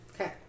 Okay